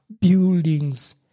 buildings